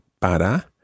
para